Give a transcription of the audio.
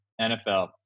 NFL